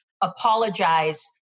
apologize